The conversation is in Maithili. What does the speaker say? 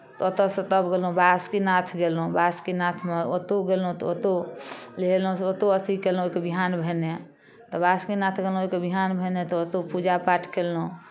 ओतयसँ तब गेलहुँ बासुकीनाथ गेलहुँ बासुकीनाथमे ओतहु गेलौँ तऽ ओतय नहेलहुँ से ओतय अथि कयलहुँ ओकर बिहान भेने तऽ बासुकीनाथ गेलहुँ ओकर विहान भेने तऽ ओतय पूजा पाठ कयलहुँ